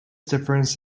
difference